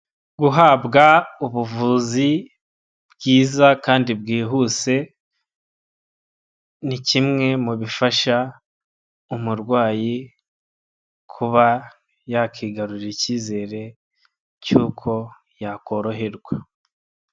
Guhabwa ubuvuzi byiza kandi bwihuse ni kimwe mu bifasha umurwayi kuba yakigarurira icyizere cy'uko yakoroherwa.